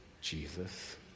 Jesus